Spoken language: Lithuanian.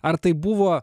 ar tai buvo